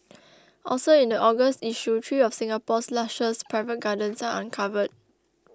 also in the August issue three of Singapore's lushest private gardens are uncovered